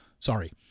Sorry